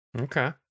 Okay